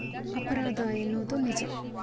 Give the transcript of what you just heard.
ಅಪರಾಧ ಎನ್ನುವುದು ನಿಜ